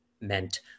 meant